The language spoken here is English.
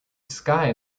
sky